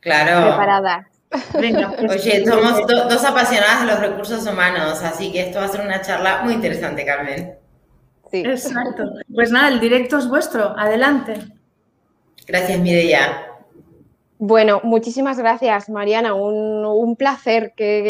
Claro. Preparadas. Venga, pues, Oye, sí. somos do- dos apasionadas de los recursos humanos, así que esto va a ser una charla muy interesante, Carmen. Sí. Exacto. Pues nada, el directo es vuestro. Adelante. Gracias, Mireia. Bueno, muchísimas gracias, Mariana. Un- un placer que-